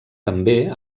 també